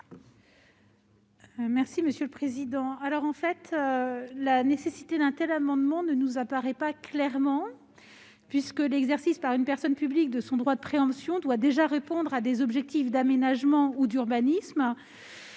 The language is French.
fins. Quel est l'avis de la commission ? La nécessité d'un tel amendement ne nous apparaît pas clairement. En effet, l'exercice par une personne publique de son droit de préemption doit déjà répondre à des objectifs d'aménagement ou d'urbanisme